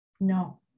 No